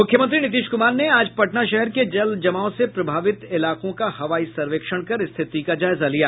मुख्यमंत्री नीतीश कुमार ने आज पटना शहर के जल जमाव से प्रभावित इलाकों का हवाई सर्वेक्षण कर स्थिति का जायजा लिया